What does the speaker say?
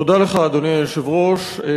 אדוני היושב-ראש,